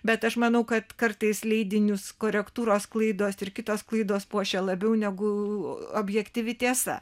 bet aš manau kad kartais leidinius korektūros klaidos ir kitos klaidos puošia labiau negu objektyvi tiesa